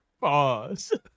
Pause